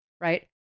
right